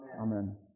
Amen